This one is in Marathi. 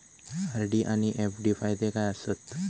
आर.डी आनि एफ.डी फायदे काय आसात?